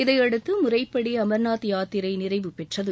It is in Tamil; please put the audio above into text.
இதையடுத்து முறைப்படி அமர்நாத் யாத்திரை நிறைவு பெற்றது